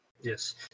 Yes